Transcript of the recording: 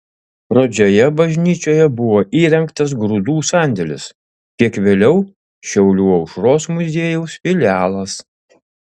pradžioje bažnyčioje buvo įrengtas grūdų sandėlis kiek vėliau šiaulių aušros muziejaus filialas